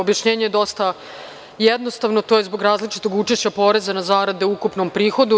Objašnjenje je dosta jednostavno, to je zbog različitog učešća poreza na zarade u ukupnom prihodu.